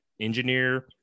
engineer